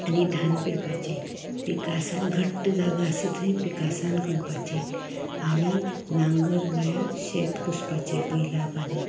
आनी धान पिडपाचें पिकासान घट्ट जागा आसा थंय पिकासान खणपाचें आनी नांगर म्हळ्यार शेत कसपाचें बैला बांदून